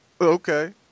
Okay